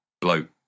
bloke